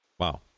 Wow